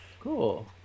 Cool